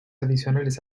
adicionales